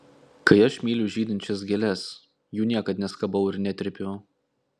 kai aš myliu žydinčias gėles jų niekad neskabau ir netrypiu